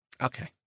Okay